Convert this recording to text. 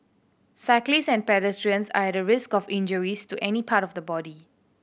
cyclists and pedestrians are at risk of injuries to any part of the body